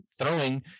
throwing